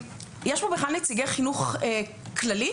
יש כאן נציגי חינוך כללי?